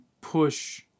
push